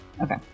Okay